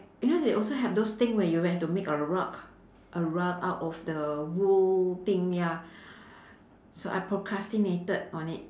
you know they also have those thing where you will have to make a rug a rug out of the wool thing ya so I procrastinated on it